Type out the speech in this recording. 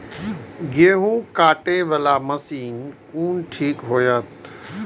गेहूं कटे वाला मशीन कोन ठीक होते?